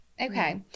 Okay